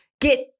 get